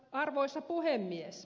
arvoisa puhemies